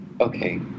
Okay